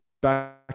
Back